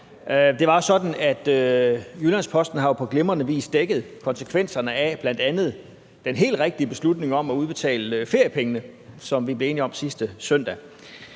Det er sådan, at Jyllands-Posten jo på glimrende vis bl.a. har dækket konsekvenserne af den helt rigtige beslutning om at udbetale feriepengene, som vi blev enige om sidste søndag.